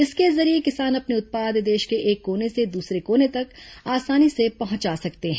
इसके जरिये किसान अपने उत्पाद देश के एक कोने से दूसरे कोने तक आसानी से पहुंचा सकते हैं